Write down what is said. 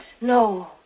No